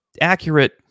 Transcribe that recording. accurate